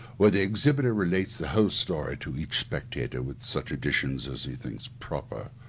where the exhibitor relates the whole story to each spectator, with such additions as he thinks proper.